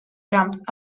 jumped